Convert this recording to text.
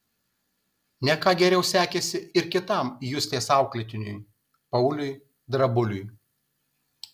ne ką geriau sekėsi ir kitam justės auklėtiniui pauliui drabuliui